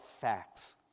facts